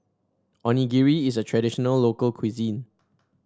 onigiri is a traditional local cuisine